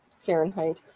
fahrenheit